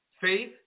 Faith